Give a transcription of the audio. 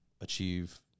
achieve